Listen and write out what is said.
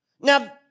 Now